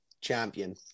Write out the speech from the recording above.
champion